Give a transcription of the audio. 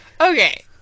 Okay